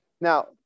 now